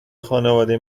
خانواده